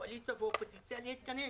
קואליציה ואופוזיציה, להתכנס